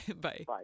Bye